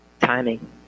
timing